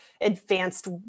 advanced